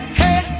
hey